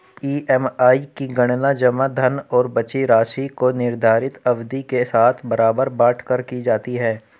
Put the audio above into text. EMI की गणना जमा धन और बची राशि को निर्धारित अवधि के साथ बराबर बाँट कर की जाती है